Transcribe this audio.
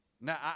now